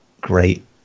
great